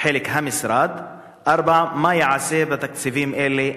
4. מה ייעשה בתקציבים אלה?